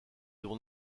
dons